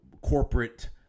corporate